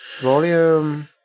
volume